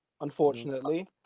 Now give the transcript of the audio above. unfortunately